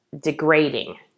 degrading